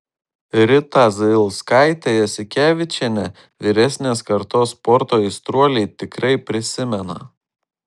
ritą zailskaitę jasikevičienę vyresnės kartos sporto aistruoliai tikrai prisimena